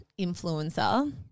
influencer